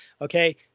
Okay